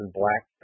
black